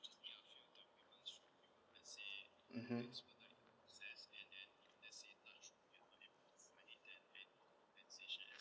mmhmm